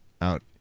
out